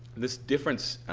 this difference,